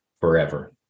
forever